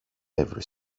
every